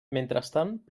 mentrestant